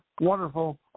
wonderful